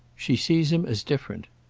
she sees him as different.